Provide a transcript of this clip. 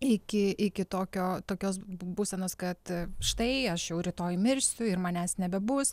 iki iki tokio tokios būsenos kad štai aš jau rytoj mirsiu ir manęs nebebus